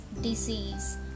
disease